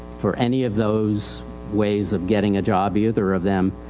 for any of those ways of getting a job either of them,